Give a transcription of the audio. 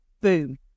Boom